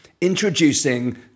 Introducing